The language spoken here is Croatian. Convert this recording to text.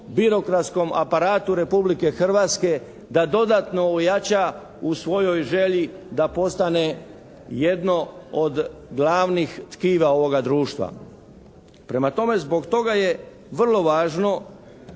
birokratskom aparatu Republike Hrvatske da dodatno ojača u svojoj želji da postane jedno od glavnih tkiva ovoga društva. Prema tome, zbog toga je vrlo važno